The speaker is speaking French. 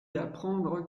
d’apprendre